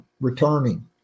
returning